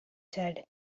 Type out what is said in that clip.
said